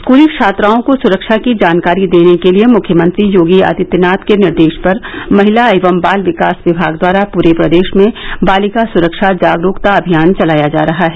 स्कूली छात्राओं को सूरक्षा की जानकारी देने के लिये मुख्यमंत्री योगी आदित्यनाथ के निर्देश पर महिला एवं बाल विकास विभाग द्वारा पूरे प्रदेश में बालिका सुरक्षा जागरूकता अभियान चलाया जा रहा है